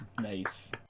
nice